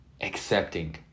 accepting